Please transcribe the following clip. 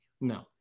No